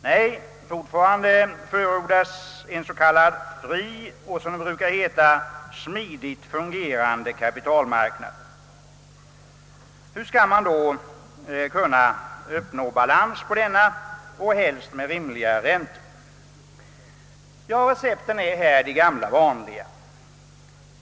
Nej, fortfarande förordas en »fri» och, som det brukar heta, »smidigt fungerande kapitalmarknad». Hur skall man då kunna uppnå balans på denna och helst med rimligare räntor? Recepten är de gamla vanliga.